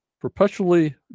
perpetually